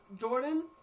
Jordan